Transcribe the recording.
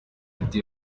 ati